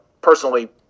personally